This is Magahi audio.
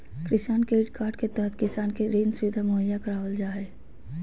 किसान क्रेडिट कार्ड के तहत किसान के ऋण सुविधा मुहैया करावल जा हय